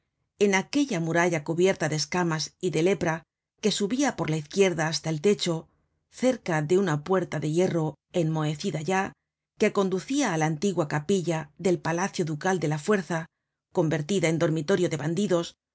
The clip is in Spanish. en aquella muralla cubierta de escamas y de lepra que subia por la izquierda hasta el techo cerca de una puerta de hierro enmohecida ya que conducia á la antigua capilla del palacio ducal de la fuerza convertida en dormitorio de bandidos